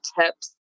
tips